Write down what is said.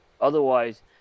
otherwise